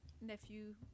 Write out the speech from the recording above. nephew